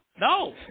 No